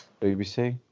BBC